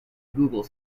google